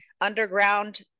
underground